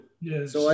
Yes